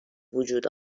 وجود